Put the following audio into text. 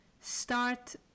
start